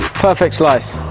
perfect slice!